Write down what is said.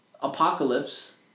Apocalypse